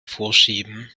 vorschieben